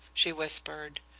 she whispered,